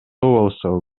болсо